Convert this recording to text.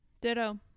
Ditto